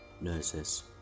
nurses